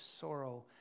sorrow